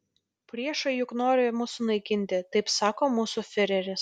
priešai juk nori mus sunaikinti taip sako mūsų fiureris